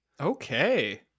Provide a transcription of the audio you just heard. Okay